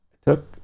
took